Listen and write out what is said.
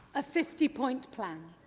a fifty point plan.